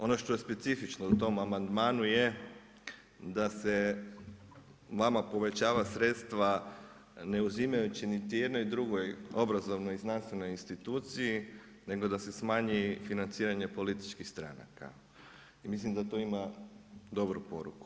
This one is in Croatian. Ono što je specifično u tom amandmanu je da se vama povećava sredstva, ne uzimajući niti jednoj drugoj obrazovnoj i znanstvenoj instituciji nego da se smanji financiranje političkih stranaka i mislim da to ima dobru poruku.